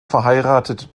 verheiratet